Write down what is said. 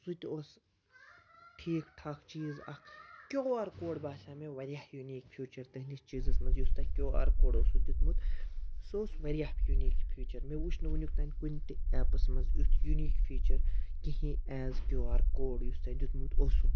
سُہ تہِ اوس ٹھیٖک ٹھاکھ چیٖز اَکھ کیو آر کوڈ باسیٛو مےٚ واریاہ یُنیٖک فیوٗچَر تٕہٕنٛدِس چیٖزَس منٛز یُس تۄہہِ کیو آر کوڈ اوسو دیُمُت سُہ اوس واریاہ یُنیٖک فیوٗچَر مےٚ وُچھ نہٕ وُنیُک تانۍ کُنہِ تہِ ایپَس منٛز یُتھ یُنیٖک فیٖچَر کِہیٖنۍ ایز کیو آر کوڈ یُس تۄہہِ دیُتمُت اوسو